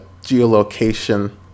geolocation